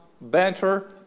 better